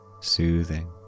soothing